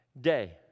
day